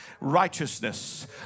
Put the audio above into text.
Righteousness